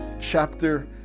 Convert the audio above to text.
chapter